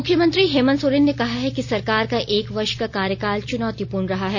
मुख्यमंत्री हेमंत सोरेन ने कहा है कि सरकार का एक वर्ष का कार्यकाल चुनौतीपूर्ण रहा है